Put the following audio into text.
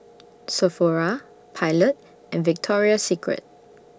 Sephora Pilot and Victoria Secret